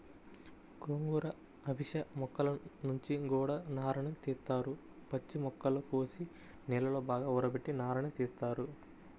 గోంగూర, అవిశ మొక్కల నుంచి గూడా నారని తీత్తారు, పచ్చి మొక్కల్ని కోసి నీళ్ళలో బాగా ఊరబెట్టి నారని తీత్తారు